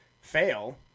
fail